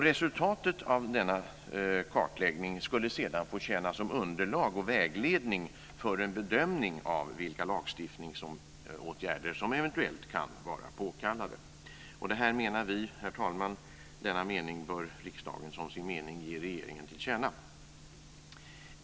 Resultatet av denna kartläggning skulle sedan få tjäna som underlag och vägledning för en bedömning av vilka lagstiftningsåtgärder som eventuellt kan vara påkallade. Herr talman! Vi menar att riksdagen bör ge regeringen detta till känna som sin mening.